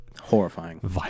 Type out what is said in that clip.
horrifying